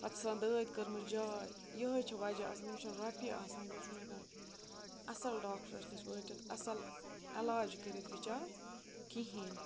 پَتہٕ چھِ آسان دٲدۍ کٔرمٕژ جاے یِہوٚے چھِ وَجہ آسان تٔمِس چھِنہٕ رۄپیہِ آسان کینٛہہ سُہ چھُنہٕ ہٮ۪کان اَصٕل ڈاکٹرس نِش وٲتِتھ اَصٕل علاج کٔرِتھ بِچار کِہیٖنۍ